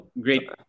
Great